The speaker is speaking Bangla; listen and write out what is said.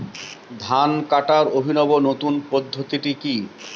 ধান কাটার অভিনব নতুন পদ্ধতিটি কি?